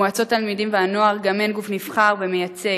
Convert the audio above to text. מועצות תלמידים והנוער גם הן גוף נבחר ומייצג,